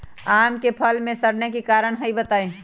आम क फल म सरने कि कारण हई बताई?